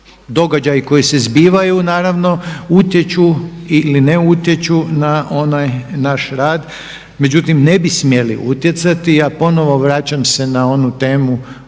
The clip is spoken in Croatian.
događaji koji se zbivaju naravno utječu ili ne utječu na onaj naš rad. Međutim, ne bi smjeli utjecati. Ja ponovno vraćam se na onu temu koju